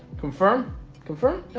confirm confirm.